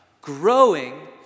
Growing